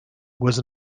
was